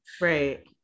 Right